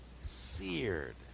seared